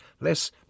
less